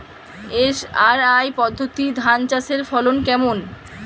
SRI পদ্ধতি ধান চাষের ফলন কেমন?